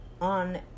on